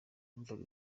numvaga